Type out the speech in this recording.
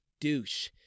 douche